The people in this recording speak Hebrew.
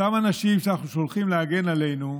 אותם אנשים שאנחנו שולחים להגן עלינו,